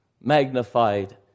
magnified